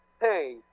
hey